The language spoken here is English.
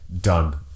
Done